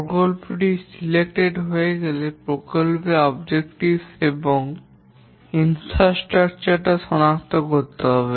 প্রকল্প টি নির্বাচিত হয়ে গেলে প্রকল্পের উদ্দেশ্য এবং অবকাঠামো সনাক্ত করতে হবে